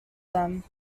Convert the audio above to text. them